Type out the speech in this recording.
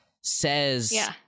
says